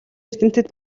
эрдэмтэд